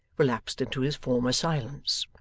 relapsed into his former silence.